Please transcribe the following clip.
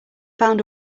found